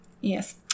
Yes